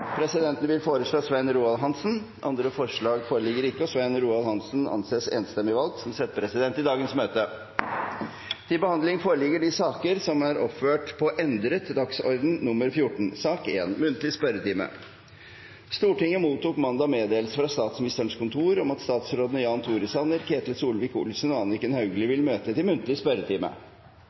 Presidenten vil foreslå Svein Roald Hansen. – Andre forslag foreligger ikke, og Svein Roald Hansen anses enstemmig valgt som settepresident for Stortingets møte i dag. Stortinget mottok mandag meddelelse fra Statsministerens kontor om at statsrådene Jan Tore Sanner, Ketil Solvik-Olsen og Anniken Hauglie vil møte til muntlig spørretime.